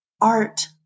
art